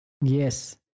Yes